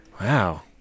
Wow